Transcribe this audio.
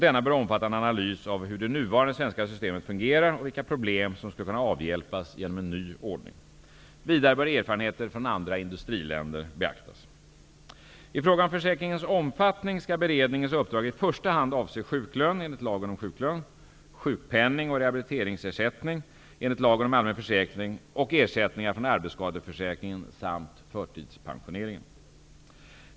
Denna bör omfatta en analys av hur det nuvarande svenska systemet fungerar och vilka problem som skulle kunna avhjälpas genom en ny ordning. Vidare bör erfarenheter från andra industriländer beaktas. I fråga om försäkringens omfattning skall beredningens uppdrag i första hand avse sjuklön enligt lagen om sjuklön, sjukpenning och rehabiliteringsersättning enligt lagen om allmän försäkring och ersättningar från arbetsskadeförsäkringen samt förtidspensioneringen.